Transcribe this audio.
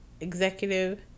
executive